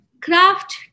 Craft